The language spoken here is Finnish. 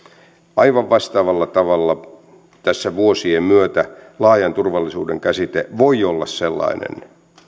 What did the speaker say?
aivan vastaavalla tavalla tässä vuosien myötä laajan turvallisuuden käsite voi olla sellainen